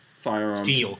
firearms